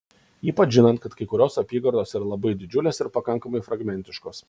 ypač žinant kad kai kurios apygardos yra labai didžiulės ir pakankamai fragmentiškos